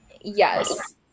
Yes